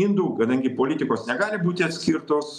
indų kadangi politikos negali būti atskirtos